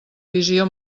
visió